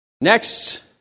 Next